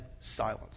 silence